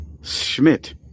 Schmidt